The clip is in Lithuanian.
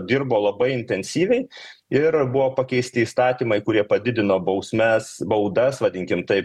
dirbo labai intensyviai ir buvo pakeisti įstatymai kurie padidino bausmes baudas vadinkim taip